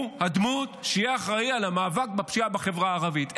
הוא הדמות שתהיה אחראית למאבק בפשיעה בחברה הערבית.